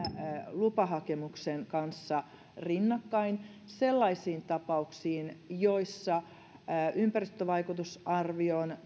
lupahakemuksen kanssa rinnakkain sellaisiin tapauksiin joissa ympäristövaikutusarvion